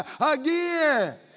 again